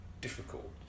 difficult